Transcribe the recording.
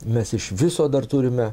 mes iš viso dar turime